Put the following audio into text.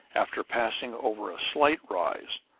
after passing over a slight rise,